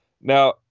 Now